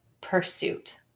pursuit